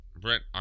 Brent